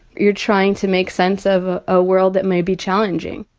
you're trying to make sense of a world that may be challenging,